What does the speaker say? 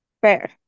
Fair